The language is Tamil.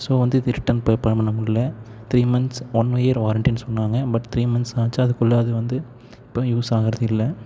ஸோ வந்து இது ரிட்டன் பண்ண முடில்ல த்ரீ மந்த்ஸ் ஒன் இயர் வாரண்டினு சொன்னாங்க பட் த்ரீ மன்த்ஸ் தான் ஆச்சு அதுக்குள்ள அது வந்து இப்பவும் யூஸ் ஆகுறது இல்லை